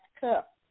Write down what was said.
cup